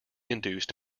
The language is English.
induced